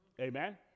Amen